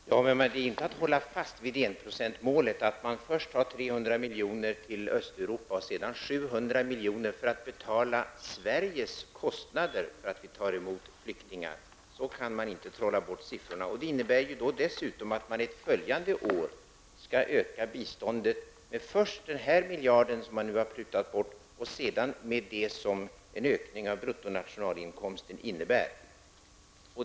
Fru talman! Men det är inte att hålla fast vid enprocentsmålet när man först tar 300 miljoner till Östeuropa och sedan 700 miljoner för att betala Sveriges kostnader för att ta emot flyktingar. Så kan man inte trolla med siffrorna. Det innebär dessutom att man ett följande år skall öka biståndet först med den miljard som man nu har prutat bort och sedan med det som motsvarar ökningen av bruttonationalinkomsten.